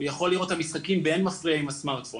הוא יכול לראות את המשחקים באין מפריע עם הסמרטפון,